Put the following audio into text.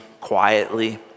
quietly